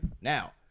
Now